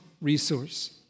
resource